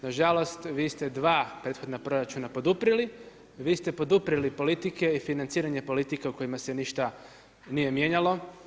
Na žalost vi ste dva prethodna proračuna poduprli, vi ste poduprli politike i financiranje politika u kojima se ništa nije mijenjalo.